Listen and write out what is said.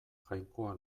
jainkoa